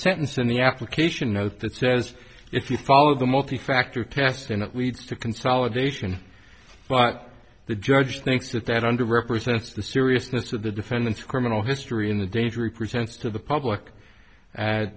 sentence in the application note that says if you follow the multi factor test and it leads to consolidation well the judge thinks that that under represents the seriousness of the defendant's criminal history in the danger of presents to the public